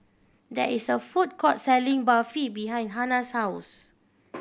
there is a food court selling Barfi behind Hannah's house